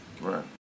Right